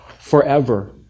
forever